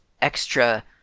extra